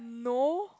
no